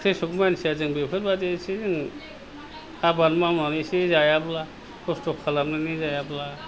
कृसक मानसिया जों बेफोरबायदि एसे जोङो आबाद मावनानै एसे जायाब्ला खस्थ' खालामनानै जायाब्ला